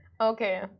Okay